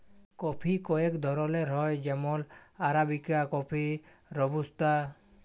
coffee কয়েক ধরলের হ্যয় যেমল আরাবিকা কফি, রবুস্তা